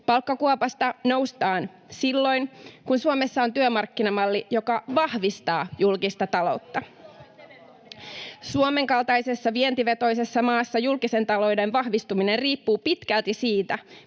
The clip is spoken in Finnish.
Palkkakuopasta noustaan silloin, kun Suomessa on työmarkkinamalli, joka vahvistaa julkista taloutta. Suomen kaltaisessa vientivetoisessa maassa julkisen talouden vahvistuminen riippuu pitkälti siitä,